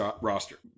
roster